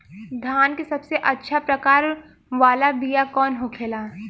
धान के सबसे अच्छा प्रकार वाला बीया कौन होखेला?